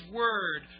word